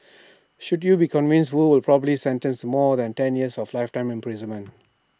should you be convicted wu will probably sentenced more than ten years or lifetime imprisonment